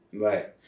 Right